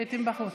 היית בחוץ.